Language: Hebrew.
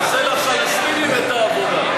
אתה עושה לפלסטינים את העבודה.